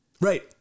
Right